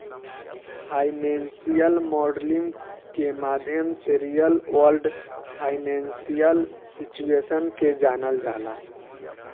financial modelling के माध्यम से रियल वर्ल्ड फाइनेंशियल सिचुएशन के जानल जाला